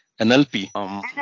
NLP